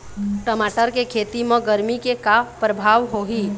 टमाटर के खेती म गरमी के का परभाव होही?